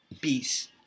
Peace